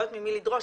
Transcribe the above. לא יודעת ממי לדרוש,